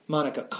Monica